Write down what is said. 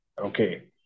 Okay